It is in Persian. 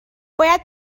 باید